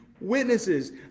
witnesses